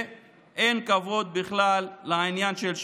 ואין כבוד בכלל לעניין של שוויון.